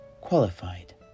qualified